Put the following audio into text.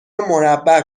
مربع